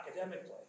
Academically